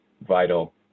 vital